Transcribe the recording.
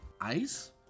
Ice